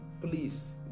Please